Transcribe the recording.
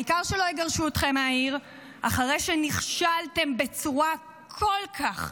העיקר שלא יגרשו אתכם מהעיר אחרי שנכשלתם בצורה כל כך,